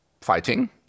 fighting